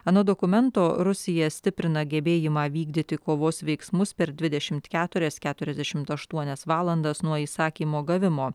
anot dokumento rusija stiprina gebėjimą vykdyti kovos veiksmus per dvidešimt keturias keturiasdešimt aštuonias valandas nuo įsakymo gavimo